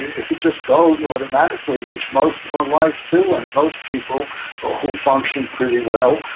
if it just goes automatically, which most of our lives do, and most people who function pretty well,